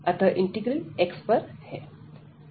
अतः integral x पर है